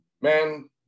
man